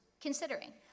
considering